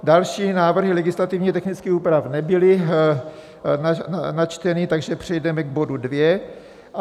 Další návrhy legislativně technických úprav nebyly načteny, takže přejdeme k bodu 2.